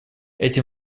эти